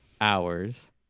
hours